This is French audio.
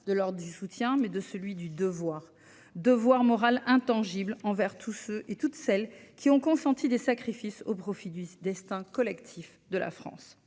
de leur du soutien, mais de celui du devoir, devoir moral intangible envers tous ceux et toutes celles qui ont consenti des sacrifices au profit du destin collectif de la France,